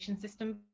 system